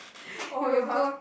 oh your mum